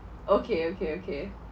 okay okay okay